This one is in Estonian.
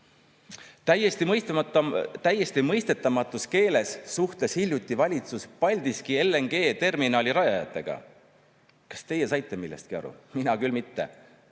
Täiesti mõistetamatus keeles suhtles valitsus hiljuti Paldiski LNG-terminali rajajatega. Kas teie saite millestki aru? Mina küll mitte.